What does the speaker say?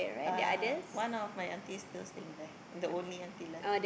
uh one of my aunty is still staying there the only aunty left